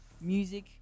music